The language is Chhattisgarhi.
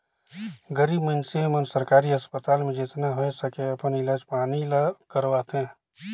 गरीब मइनसे मन सरकारी अस्पताल में जेतना होए सके अपन इलाज पानी ल करवाथें